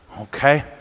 Okay